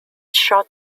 short